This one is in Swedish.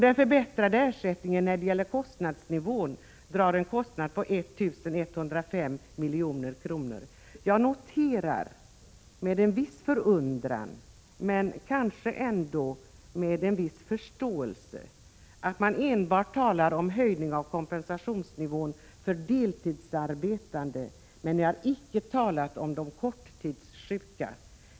Den förbättrade ersättningen när det gäller kostnadsnivån drar en kostnad på 1 105 milj.kr. Jag noterar med viss förundran men kanske ändå med en viss förståelse att ni enbart talar om höjning av kompensationsnivån för deltidsarbetande, men ni har icke talat om de korttidssjuka.